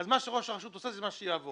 אז מה שראש הרשות רוצה זה מה שיעבור.